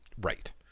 Right